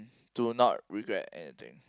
to not regret anything